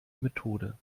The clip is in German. methode